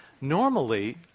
Normally